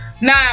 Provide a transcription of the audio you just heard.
Nah